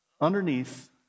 underneath